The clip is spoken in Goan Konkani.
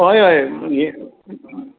हय हय मागीर